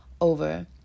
over